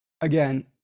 Again